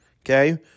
Okay